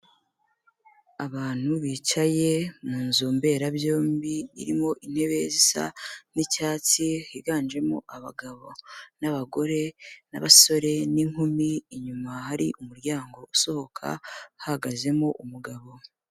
Abantu bicaye mu nzu mberabyombi irimo intebe zisa n'icyatsi higanjemo abagabo n'abagore n'abasore n'inkumi, inyuma hari umuryango usohoka hahagazemo umugabo.